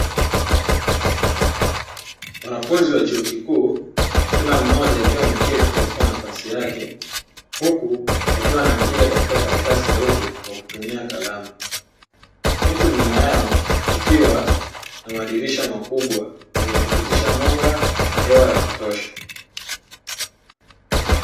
Wanafunzi wa chuo kikuu kila mmoja akiwa ameketi katika nafasi yake, huku akiwa anaandika katika karatasi leupe kwa kutumia kalamu. Huku nyuma yao kukiwa na madirisha makubwa yenye kupitisha mwanga na hewa ya kutosha.